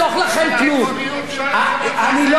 אני לא מתכוון לחסוך לכם כלום,